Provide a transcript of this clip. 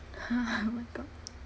!huh! oh my god